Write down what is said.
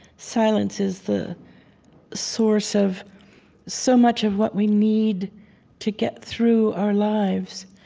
silence is the source of so much of what we need to get through our lives.